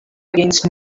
against